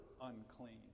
unclean